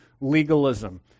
legalism